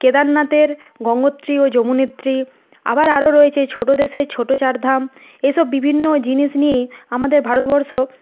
কেদারনাথের গঙ্গোত্রী ও যমুনোত্রী আবার আরও রয়েছে ছোটো দেশের ছোটো চার ধাম এসব বিভিন্ন জিনিস নিয়েই আমাদের ভারতবর্ষ